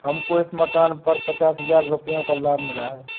हमको इस मकान पर पचास हजार रुपयों का लाभ मिला है